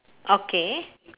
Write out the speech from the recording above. okay